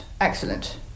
excellent